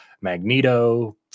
magneto